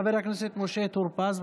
חבר הכנסת משה טור פז.